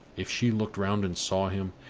if she looked round and saw him,